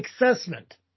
assessment